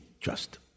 trust